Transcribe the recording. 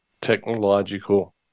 technological